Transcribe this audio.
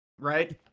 right